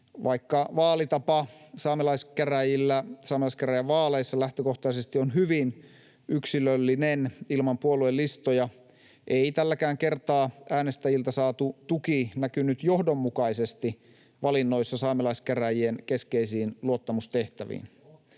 vaikka vaalitapa saamelaiskäräjillä saamelaiskäräjävaaleissa lähtökohtaisesti on hyvin yksilöllinen ilman puoluelistoja, ei tälläkään kertaa äänestäjiltä saatu tuki näkynyt johdonmukaisesti valinnoissa saamelaiskäräjien keskeisiin luottamustehtäviin.